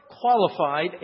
qualified